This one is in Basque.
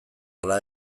ala